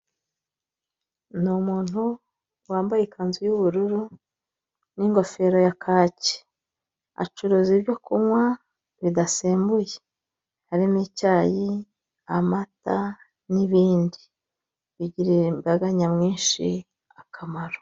Ni umuntu wambaye ikanzu y'ubururu n'ingofero ya kaki, acuruza ibyo kunywa bidasembuye harimo icyayi, amata n'ibindi bigirira imbaga nyamwinshi akamaro.